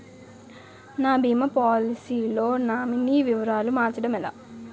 నా భీమా పోలసీ లో నామినీ వివరాలు మార్చటం ఎలా?